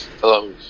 Hello